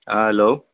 ہاں ہلو